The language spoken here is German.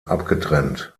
abgetrennt